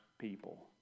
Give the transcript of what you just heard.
people